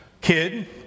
kid